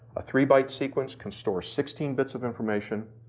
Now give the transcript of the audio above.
a three byte sequence can store sixteen bits of information,